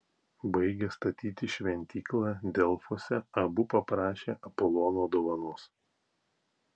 baigę statyti šventyklą delfuose abu paprašė apolono dovanos